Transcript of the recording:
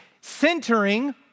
Centering